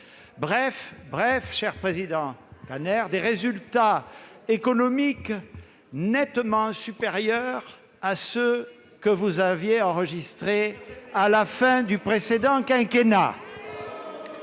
Bref, cher président Kanner, des résultats économiques nettement supérieurs à ceux que vous aviez enregistrés à la fin du précédent quinquennat